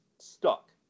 stuck